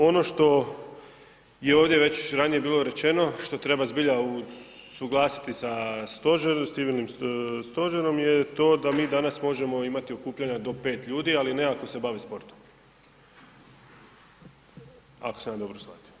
Ono što je ovdje već ranije bilo rečeno, što treba zbilja usuglasiti sa stožerom, s civilnim stožerom je to da mi danas možemo imati okupljanja do 5 ljudi, ali ne ako se bavi sportom, ako sam ja dobro shvatio.